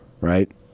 right